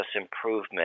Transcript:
improvement